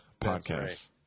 podcasts